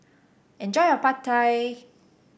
enjoy your Pad Thai